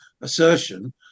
assertion